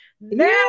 Now